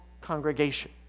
congregation